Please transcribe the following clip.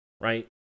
right